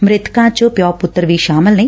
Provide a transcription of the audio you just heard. ਮ੍ਰਿਤਕਾਂ ਚ ਪਿਓ ਪੁੱਤ ਵੀ ਸ਼ਾਮਿਲ ਨੇ